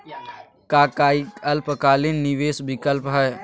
का काई अल्पकालिक निवेस विकल्प हई?